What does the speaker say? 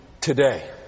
today